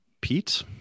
pete